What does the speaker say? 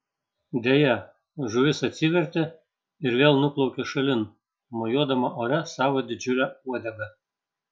deja žuvis atsivertė ir vėl nuplaukė šalin mojuodama ore savo didžiule uodega